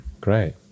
great